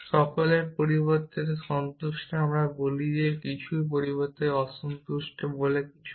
সকলের পরিবর্তে সন্তুষ্ট আমরা কিছু বলি এবং কিছুর পরিবর্তে অসন্তুষ্ট বলি কেউ না